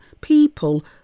people